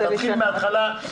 תתחיל מהתחלה.